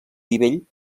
nivell